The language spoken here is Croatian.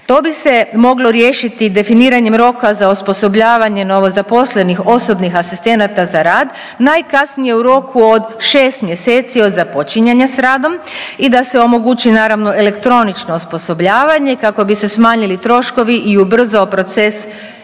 To bi se moglo riješiti definiranjem roka za osposobljavanje novozaposlenih osobnih asistenata za rad najkasnije u roku od 6 mjeseci od započinjanja s radom i da se omogući naravno elektronično osposobljavanje kako bi se smanjili troškovi i ubrzalo proces